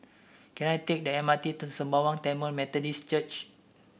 can I take the M R T to Sembawang Tamil Methodist Church